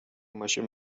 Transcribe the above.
ماشین